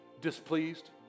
displeased